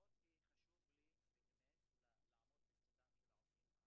רק סימפטום של המצב שאנחנו נמצאים בו,